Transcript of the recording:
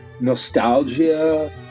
nostalgia